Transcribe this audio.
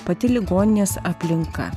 pati ligoninės aplinka